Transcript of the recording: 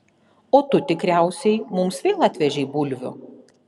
o tu tikriausiai mums vėl atvežei bulvių